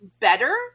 better